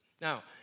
Now